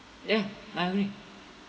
ya I agree